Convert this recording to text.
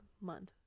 month